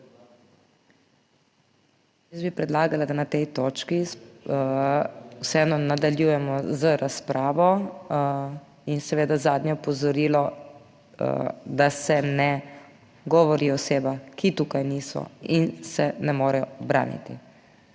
Jaz bi predlagala, da na tej točki vseeno nadaljujemo z razpravo in seveda zadnje opozorilo, da se ne govori o osebah, ki tukaj niso in se ne morejo braniti.